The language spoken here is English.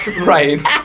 right